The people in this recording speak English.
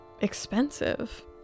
expensive